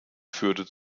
führte